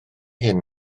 hyn